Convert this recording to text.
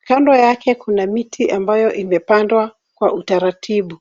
Kando yake kuna miti ambayo imepandwa kwa utaratibu.